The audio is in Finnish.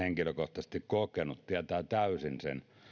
henkilökohtaisesti kokenut tietää täysin sen